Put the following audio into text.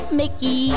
mickey